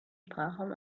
sprachraum